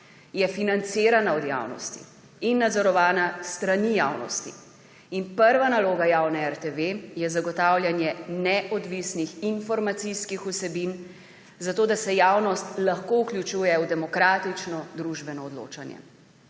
je financirana od javnosti in nadzorovana s strani javnosti. In prva naloga javne RTV je zagotavljanje neodvisnih informacijskih vsebin, zato da se javnost lahko vključuje v demokratično družbeno odločanje.